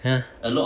ya